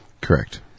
Correct